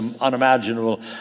unimaginable